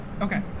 Okay